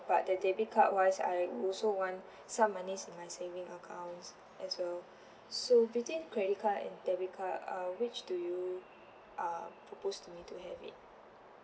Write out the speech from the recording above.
but the debit card wise I would also want some monies in my saving account as well so between credit and debit card uh which do you uh propose to me to have it